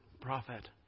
prophet